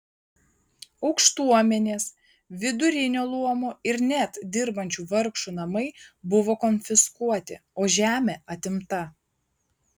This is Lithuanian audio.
aukštuomenės vidurinio luomo ir net dirbančių vargšų namai buvo konfiskuoti o žemė atimta